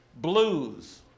blues